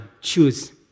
choose